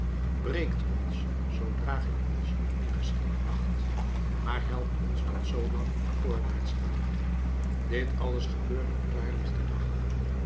breekt ons zoodra gij ons niet meer geschikt acht maar helpt ons tot zoolang voorwaarts gaan dit alles gebeurde op klaar lichten dag